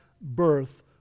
birth